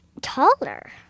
taller